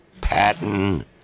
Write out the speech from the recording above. Patton